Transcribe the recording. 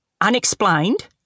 unexplained